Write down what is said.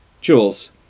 Jules